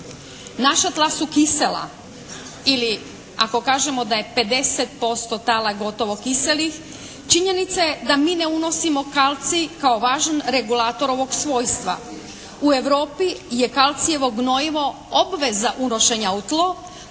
Naša tla su kisela ili ako kažemo da je 50% tala gotovo kiselih činjenica je da mi ne unosimo kalcij kao važan regulator ovog svojstva. U Europi je kalcijevo gnojivo obveza unošenja u tlo.